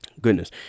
Goodness